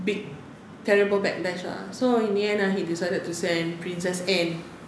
big terrible backlash lah so in the end ah he decided to send princess ann